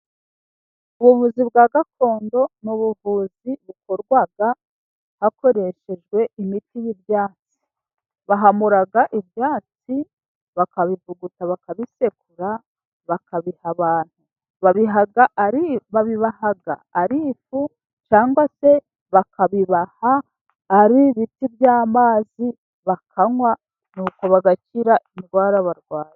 Ubuvuzi bwa gakondo n'ubuvuzi bukorwa hakoreshejwe imiti y'ibyatsi bahamura ibyatsi, bakabivuguta, bakabisekura, bakabiha abantu. Babibaha ari ifu cyangwa se bakabibaha ari ibiti by'amazi bakanywa nuko bagakira indwara barwaye.